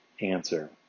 answer